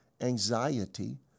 anxiety